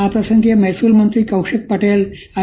આ પ્રસંગે મહેસુલ મંત્રી કૌશિક પતે આઈ